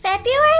February